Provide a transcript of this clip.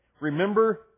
Remember